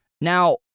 Now